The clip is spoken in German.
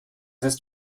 ist